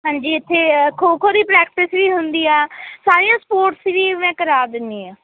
ਹਾਂਜੀ ਇੱਥੇ ਅ ਖੋ ਖੋ ਦੀ ਪ੍ਰੈਕਟਿਸ ਵੀ ਹੁੰਦੀ ਆ ਸਾਰੀਆਂ ਸਪੋਰਟਸ ਜੀ ਮੈਂ ਕਰਾ ਦਿੰਦੀ ਹਾਂ